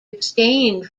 abstained